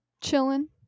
chilling